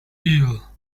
ill